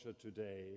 today